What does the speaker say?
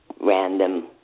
Random